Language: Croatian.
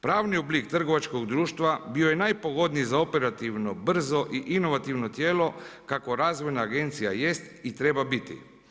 Pravni oblik trgovačkog društva bio je najpogodniji za operativno, brzo i inovativno tijelo kakvo razvojna agencija jest i treba biti.